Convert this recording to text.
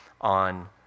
on